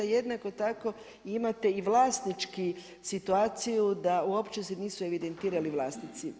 Jednako tako imate i vlasnički situaciju da uopće se nisu evidentirali vlasnici.